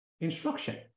instruction